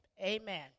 amen